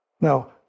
Now